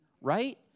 right